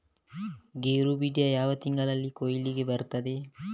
ಗೇರು ಬೀಜ ಯಾವ ತಿಂಗಳಲ್ಲಿ ಕೊಯ್ಲಿಗೆ ಬರ್ತದೆ?